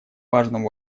важному